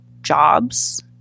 jobs